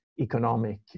economic